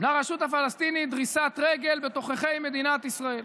לרשות הפלסטינית דריסת רגל בתוככי מדינת ישראל.